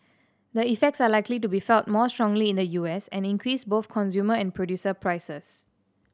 the effects are likely to be felt more strongly in the U S and increase both consumer and producer prices